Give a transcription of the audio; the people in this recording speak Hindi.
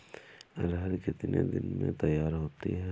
अरहर कितनी दिन में तैयार होती है?